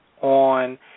on